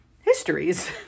histories